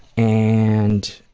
and.